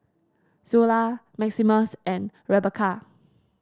Zula Maximus and Rebekah